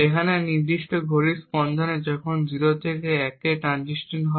এখন এই নির্দিষ্ট ঘড়ির স্পন্দনে যখন 0 থেকে 1 থেকে ট্রানজিশন হয়